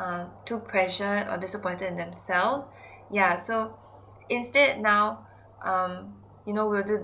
err too pressure or disappointed in themselves yeah so instead now um you know we will do